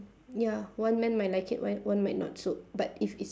ya one man might like it one one might not so but if is